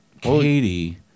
Katie